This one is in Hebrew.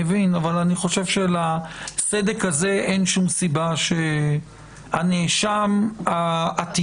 אבל אני חושב שלסדק הזה אין שום סיבה שהנאשם העתידי,